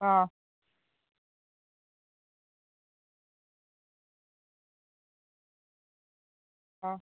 ಹಾಂ ಹಾಂ